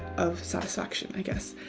of satisfaction, i guess.